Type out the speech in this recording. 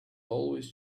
always